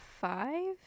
five